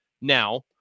Now